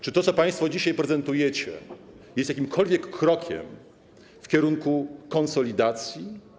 Czy to, co państwo dzisiaj prezentujecie, jest jakimkolwiek krokiem w kierunku konsolidacji?